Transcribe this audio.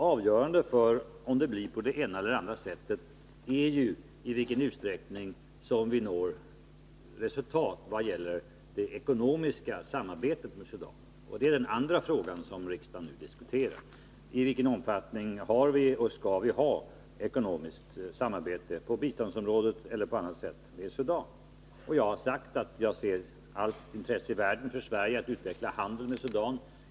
Avgörande för om det blir på det ena eller det andra sättet är bl.a. i vilken utsträckning som vi når resultat vad gäller det ekonomiska samarbetet med Sudan. Det är den andra frågan som vi nu diskuterar. I vilken omfattning har vi och skall vi ha ekonomiskt samarbete, på biståndsområdet eller på annat sätt, med Sudan? Jag har sagt att Sverige enligt min mening har allt intresse i världen av att utveckla handeln med Sudan.